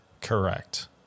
Correct